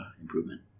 improvement